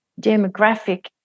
demographic